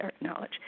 knowledge